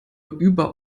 über